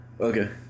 Okay